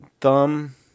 thumb